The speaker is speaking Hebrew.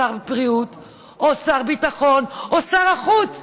שר בריאות או שר ביטחון או שר החוץ.